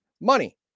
money